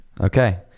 Okay